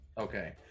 Okay